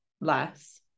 less